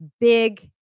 big